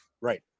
Right